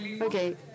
okay